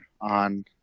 on